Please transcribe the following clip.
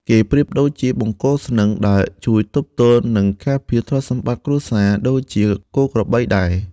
គេប្រៀបដូចជាបង្គោលស្នឹងដែលជួយទប់ទល់ និងការពារទ្រព្យសម្បត្តិគ្រួសារ ដូចជាគោក្របីដែរ។